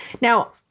Now